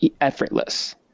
effortless